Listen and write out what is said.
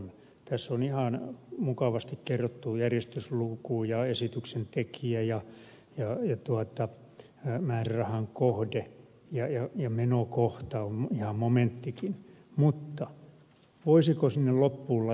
tässä on ihan mukavasti kerrottu järjestyslukuja esityksen tekijä ja määrärahan kohde ja menokohta on ja momenttikin mutta voisiko sinne loppuun laittaa sen miljoonamäärän